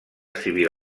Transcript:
civil